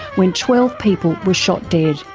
when twelve people were shot dead.